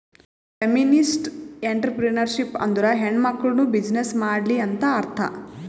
feminist entrepreneurship ಅಂದುರ್ ಹೆಣ್ಮಕುಳ್ನೂ business ಮಾಡ್ಲಿ ಅಂತ್ ಅರ್ಥಾ